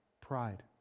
Pride